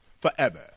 forever